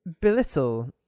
belittle